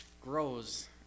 grows